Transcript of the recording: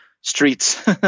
streets